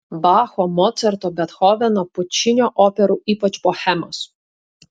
bacho mocarto bethoveno pučinio operų ypač bohemos